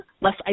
less